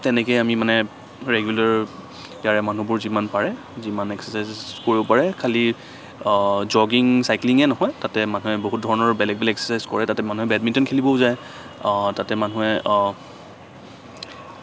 তেনেকেই আমি মানে ৰেগুলাৰ ইয়াৰে মানুহবোৰ যিমান পাৰে যিমান এক্সেছাইজেছ কৰিব পাৰে খালী জগিং চাইক্লিঙে নহয় তাতে মানুহে বহুত ধৰণৰ বেলেগ বেলেগ এক্সেছাইজেছ কৰে তাতে মানুহে বেডমিণ্টন খেলিবও যায় তাতে মানুহে